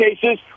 cases